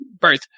birth